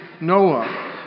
Noah